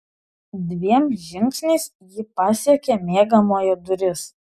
dviem žingsniais ji pasiekė miegamojo duris